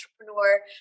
entrepreneur